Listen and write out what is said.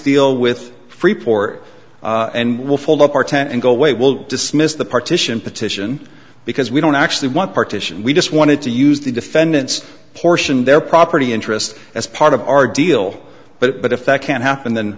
all with freeport and will fold up our tent and go away will dismiss the partition petition because we don't actually want partition we just wanted to use the defendants portion their property interest as part of our deal but but if that can happen then